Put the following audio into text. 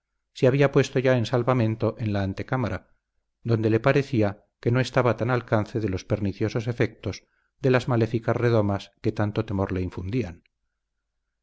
se había puesto ya en salvamento en la antecámara donde le parecía que no estaba tan al alcance de los perniciosos efectos de las maléficas redomas que tanto temor le infundían